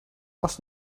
was